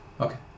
Okay